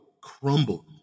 crumbled